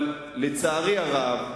אבל לצערי הרב,